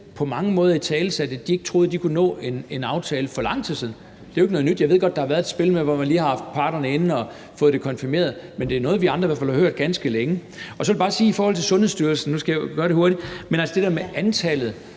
på mange måder italesat, at de ikke troede, at de kunne nå en aftale – for lang tid siden. Det er jo ikke noget nyt. Jeg ved godt, at der har været et spil med, at man lige har haft parterne inde og fået det konfirmeret, men det er noget, vi andre i hvert fald har hørt ganske længe. Og så vil jeg bare i forhold til Sundhedsstyrelsen – nu skal jeg gøre det hurtigt – og antallet